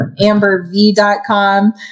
Amberv.com